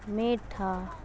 پیٹھا